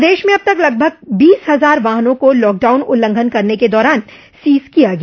प्रदेश में अब तक लगभग बीस हजार वाहनों को लॉकडाउन उल्लंघन करने के दौरान सीज किया गया